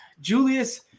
Julius